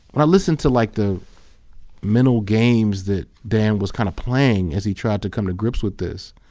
i listen to like the mental games that dan was kind of playing as he tried to come to grips with this,